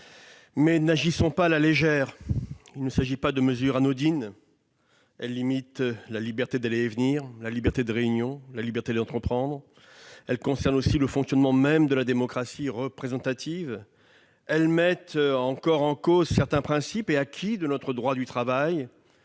mais n'agissons pas à la légère. Il ne s'agit pas de mesures anodines : elles limitent la liberté d'aller et venir, la liberté de réunion, la liberté d'entreprendre. Elles concernent le fonctionnement même de la démocratie représentative. Elles mettent en cause certains principes et acquis de notre droit du travail.